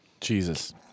Jesus